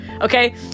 okay